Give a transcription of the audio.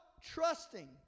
trusting